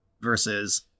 Versus